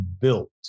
built